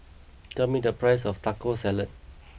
tell me the price of Taco Salad